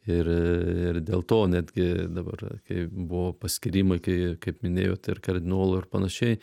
ir ir dėl to netgi dabar kai buvo paskyrimai kai kaip minėjau tai ir kardinolų ir panašiai